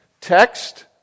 Text